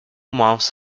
months